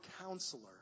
counselor